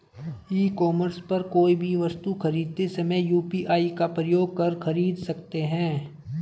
ई commerce पर कोई भी वस्तु खरीदते समय यू.पी.आई का प्रयोग कर खरीद सकते हैं